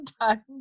time